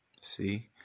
See